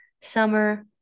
summer